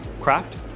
craft